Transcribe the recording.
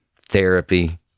therapy